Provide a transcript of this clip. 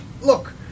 Look